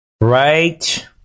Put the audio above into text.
Right